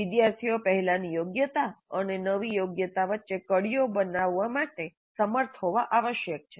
વિદ્યાર્થીઓ પહેલાની યોગ્યતા અને નવી યોગ્યતા વચ્ચે કડીઓ બનાવવા માટે સમર્થ હોવા આવશ્યક છે